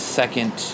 second